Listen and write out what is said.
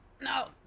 No